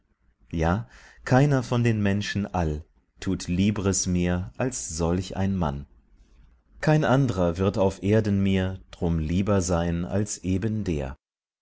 ja keiner von den menschen all tut liebres mir als solch ein mann kein andrer wird auf erden mir drum lieber sein als eben der